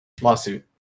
Lawsuit